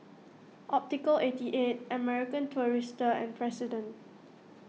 Optical eighty eight American Tourister and President